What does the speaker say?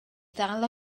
ddal